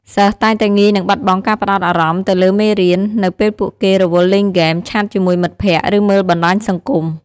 សិស្សតែងតែងាយនឹងបាត់បង់ការផ្តោតអារម្មណ៍ទៅលើមេរៀន នៅពេលពួកគេរវល់លេងហ្គេម ឆាតជាមួយមិត្តភក្តិ ឬមើលបណ្ដាញសង្គម។